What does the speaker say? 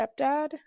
stepdad